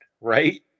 right